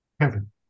Kevin